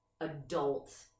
adult